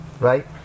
right